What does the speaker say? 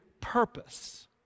purpose